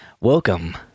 Welcome